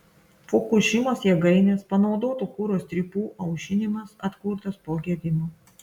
fukušimos jėgainės panaudotų kuro strypų aušinimas atkurtas po gedimo